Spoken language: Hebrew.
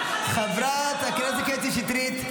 את --- חברת הכנסת קטי שטרית,